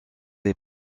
est